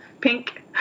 pink